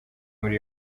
muri